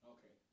Okay